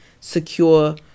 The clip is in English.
secure